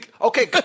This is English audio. Okay